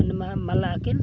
ᱢᱟᱱᱮ ᱢᱟᱞᱟ ᱢᱟᱞᱟᱜᱼᱟᱠᱤᱱ